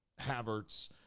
Havertz